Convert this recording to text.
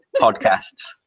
podcasts